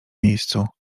miejscu